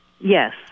Yes